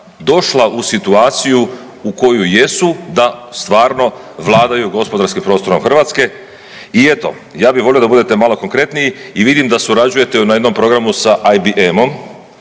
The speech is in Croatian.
došla u situaciju u kojoj jesu da stvarno vladaju gospodarskim prostorom Hrvatske i eto ja bi volio da budete malo konkretniji i vidim da surađujete na jednom programu s IBM-om